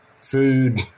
food